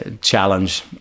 challenge